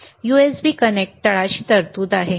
USB connect तळाशी तरतूद आहे